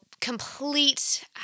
complete